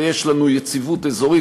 ויש לנו יציבות אזורית,